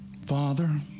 Father